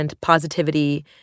positivity